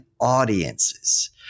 audiences